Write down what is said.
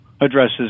addresses